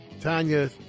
Tanya